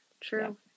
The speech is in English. True